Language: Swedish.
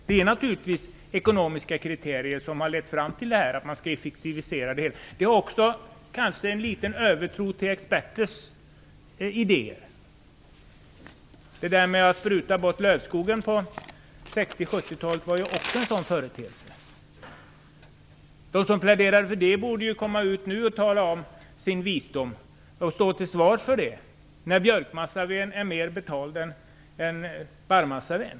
Det är ekonomiska kriterier, att man skall effektivisera, som har lett fram till det. Det har kanske också funnits en liten övertro till experters idéer. Att man sprutade bort lövskogen under 1960 och 1970-talet var också en sådan företeelse. De som pläderade för det borde nu träda fram, tala om sin visdom och stå till svars för den, när nu björkmassaved är mer betald är barrträdsmassaved.